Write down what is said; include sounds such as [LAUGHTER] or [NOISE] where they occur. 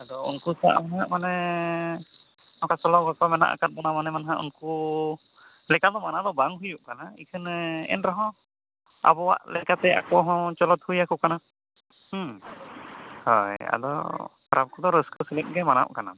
ᱟᱫᱚ ᱩᱱᱠᱩ ᱥᱟᱜ ᱢᱟᱱᱮ [UNINTELLIGIBLE] ᱢᱟᱱᱮ ᱫᱚ ᱦᱟᱸᱜ ᱩᱱᱠᱩ ᱞᱮᱠᱟᱫᱚ ᱚᱱᱟᱫᱚ ᱵᱟᱝ ᱦᱩᱭᱩᱜ ᱠᱟᱱᱟ ᱮᱱᱨᱮᱦᱚᱸ ᱟᱵᱚᱣᱟᱜ ᱞᱮᱠᱟᱛᱮ ᱟᱠᱚ ᱦᱚᱸ ᱪᱚᱞᱚᱛ ᱦᱩᱭ ᱟᱠᱚ ᱠᱟᱱᱟ ᱦᱮᱸ ᱦᱳᱭ ᱟᱫᱚ ᱯᱟᱨᱟᱵᱽ ᱠᱚᱫᱚ ᱨᱟᱹᱥᱠᱟᱹ ᱥᱟᱹᱦᱤᱡ ᱜᱮ ᱢᱟᱱᱟᱜ ᱠᱟᱱᱟ